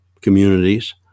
communities